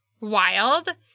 wild